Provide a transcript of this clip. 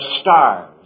stars